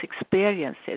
experiences